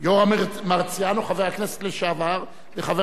יורם מרציאנו, חבר כנסת לשעבר, וחבר